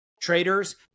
Traders